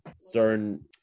certain